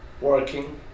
working